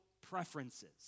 preferences